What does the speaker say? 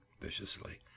viciously